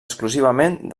exclusivament